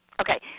Okay